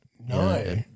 no